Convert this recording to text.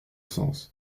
sens